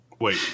Wait